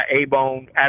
A-bone